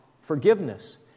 forgiveness